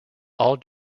all